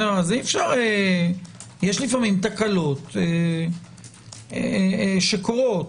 יש לפעמים תקלות שקורות.